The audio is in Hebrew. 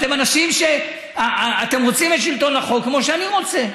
אתם אנשים שרוצים את שלטון החוק כמו שאני רוצה.